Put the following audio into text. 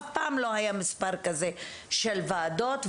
ומעולם לא היה מספר כזה של ועדות,